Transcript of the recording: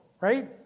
right